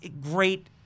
Great